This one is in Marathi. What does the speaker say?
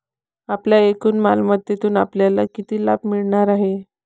आपल्या एकूण मालमत्तेतून आपल्याला किती लाभ मिळणार आहे?